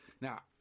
Now